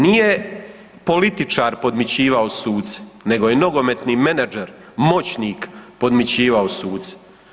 Nije političar podmićivao suce nego je nogometni menadžer, moćnik podmićivao suce.